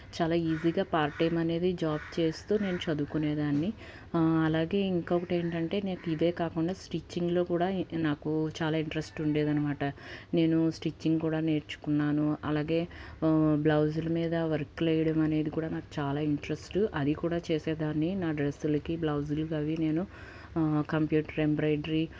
చాలా ఈజీగా part time అనేది జాబ్ చేస్తూ నేను చదుకునేదాన్ని అలాగే ఇంకోటి ఏంటంటే నాకు ఇదే కాకుండా స్టిచింగ్లో కూడా నాకు చాలా ఇంట్రెస్ట్ ఉండేదనమాట నేను స్టిచింగ్ కూడా నేర్చుకున్నాను అలాగే బ్లౌజులు మీద వర్కులు వేయడమనేది కూడా నాకు చాలా ఇంట్రెస్ట్ అది కూడా చేసేదాన్ని నా డ్రెస్సులుకి బ్లౌసులుకి అవి నేను కంప్యూటర్ ఎంబ్రాయిడరీ